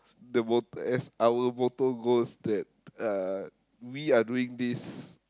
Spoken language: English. the motor as our motor goes that uh we are doing this